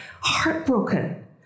heartbroken